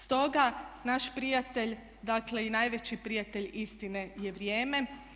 Stoga naš prijatelj, dakle i najveći prijatelj istine je vrijeme.